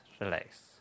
relax